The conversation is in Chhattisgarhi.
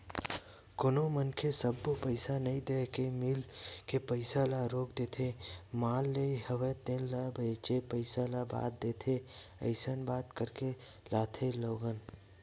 कोनो मनखे सब्बो पइसा नइ देय के मील के पइसा ल रोक देथे माल लेय हवे तेन ल बेंचे पइसा ल बाद देथे अइसन बात करके लाथे लोगन